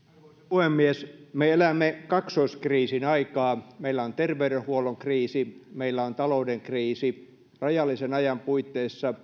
puhemies me elämme kaksoiskriisin aikaa meillä on terveydenhuollon kriisi meillä on talouden kriisi rajallisen ajan puitteissa